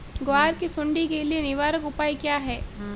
ग्वार की सुंडी के लिए निवारक उपाय क्या है?